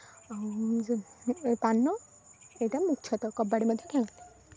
ଆଉ ପାନ ଏଇଟା ମୁଖ୍ୟତଃ କବାଡି଼ ମଧ୍ୟ ଖେଳନ୍ତି